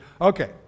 okay